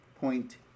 Point